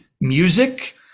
music